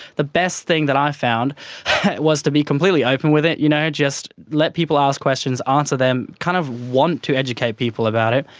the best thing that i found was to be completely open with it, you know just let people ask questions, answer them, kind of want to educate people about it,